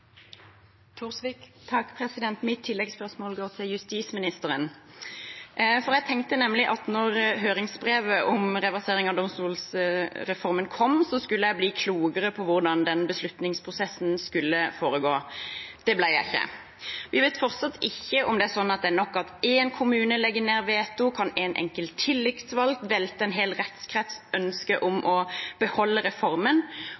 går til justisministeren. Jeg tenkte nemlig at da høringsbrevet om reversering av domstolsreformen kom, skulle jeg bli klokere med tanke på hvordan den beslutningsprosessen skulle foregå. Det ble jeg ikke. Vi vet fortsatt ikke om det er sånn at det er nok at én kommune legger ned veto, om én enkelt tillitsvalgt kan velte en hel rettskrets’ ønske om å beholde reformen.